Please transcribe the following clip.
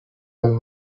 اون